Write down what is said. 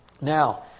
Now